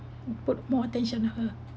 put more attention to her